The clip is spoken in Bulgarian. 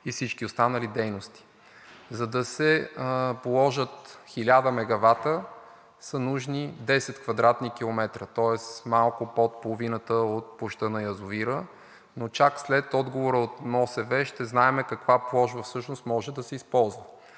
и всички останали дейности. За да се положат 1000 мегавата, са нужни 10 кв. км, тоест малко под половината от площта на язовира, но чак след отговора от МОСВ ще знаем каква площ може да се използва.